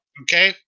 okay